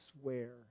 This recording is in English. swear